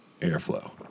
airflow